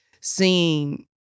seeing